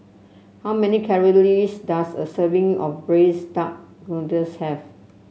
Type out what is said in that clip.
how many calories does a serving of Braised Duck Noodles have